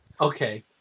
Okay